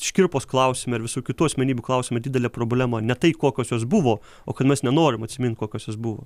škirpos klausime ir visų kitų asmenybių klausime didelė problema ne tai kokios jos buvo o kad mes nenorim atsimint kokios jos buvo